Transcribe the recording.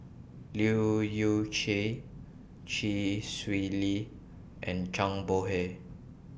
Leu Yew Chye Chee Swee Lee and Zhang Bohe